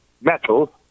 metal